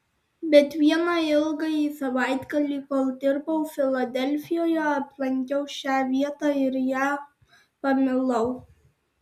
bet vieną ilgąjį savaitgalį kol dirbau filadelfijoje aplankiau šią vietą ir ją pamilau